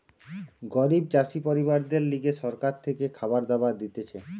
গরিব চাষি পরিবারদের লিগে সরকার থেকে খাবার দাবার দিতেছে